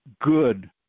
good